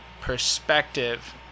perspective